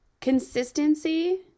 consistency